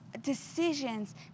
decisions